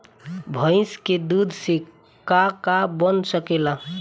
भइस के दूध से का का बन सकेला?